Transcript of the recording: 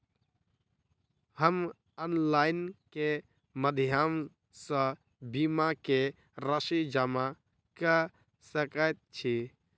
हम ऑनलाइन केँ माध्यम सँ बीमा केँ राशि जमा कऽ सकैत छी?